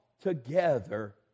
together